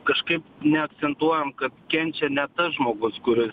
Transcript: kažkaip neakcentuojam kad kenčia ne tas žmogus kuris